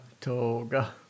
toga